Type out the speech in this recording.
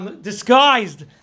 disguised